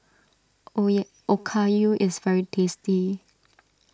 O ye Okayu is very tasty